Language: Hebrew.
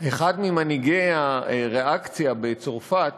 אחד ממנהיגי הריאקציה בצרפת